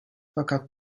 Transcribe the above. fakat